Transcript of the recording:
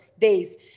days